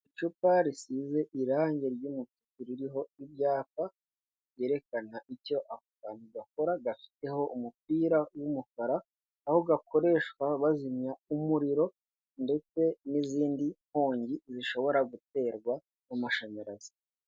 Icupa risize irangi ry'umutuku ririho ibyapa byerekana icyo ako kantu gakora gafiteho umupira w'umukara, aho gakoreshwa bazimya umuriro ndetse n'izindi nkongi zishobora guterwa n'amashanyarazi.